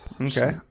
Okay